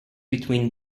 between